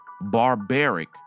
barbaric